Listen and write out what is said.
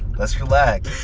let's relax